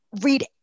read